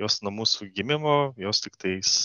jos nuo mūsų gimimo jos tiktais